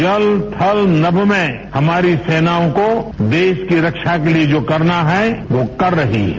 जल थल नभ में हमारी सेनाऑ को देश की रक्षा के लिए जो करना है वो कर रही है